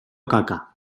caca